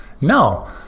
No